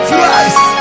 Twice